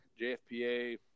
JFPA